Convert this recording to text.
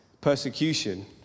persecution